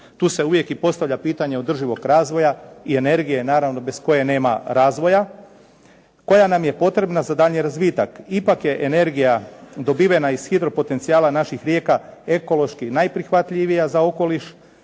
Tu se uvijek i postavlja pitanje održivog razvoja i energije naravno bez koje nema razvoja, koja nam je potrebna za daljnji razvitak. Ipak je energija dobivena iz hidropotencijala naših rijeka ekološki najprihvatljivija za okoliš